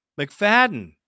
McFadden